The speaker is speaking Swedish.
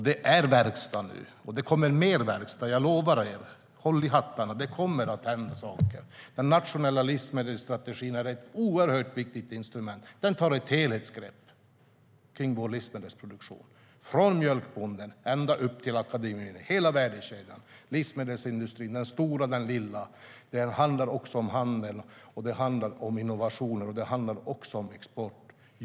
Det är verkstad nu, och det kommer mer verkstad. Jag lovar er det. Håll i hattarna, det kommer att hända saker! Den nationella livsmedelsstrategin är ett oerhört viktigt instrument. Den tar ett helhetsgrepp om vår livsmedelsproduktion från mjölkbonden ända upp till akademin - hela värdekedjan. Det handlar om livsmedelsindustrin, både den stora och den lilla, om handeln, om innovationer och också om export.